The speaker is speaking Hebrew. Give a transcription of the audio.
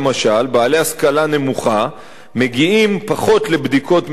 בעלי השכלה נמוכה מגיעים פחות לבדיקות מניעה,